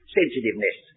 sensitiveness